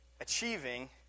achieving